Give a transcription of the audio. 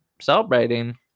celebrating